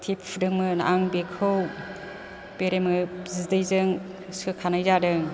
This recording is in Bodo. थिफुदोंमोन आं बेखौ बेरे बिदैजों सोखानाय जादों